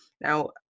Now